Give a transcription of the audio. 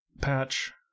patch